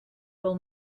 will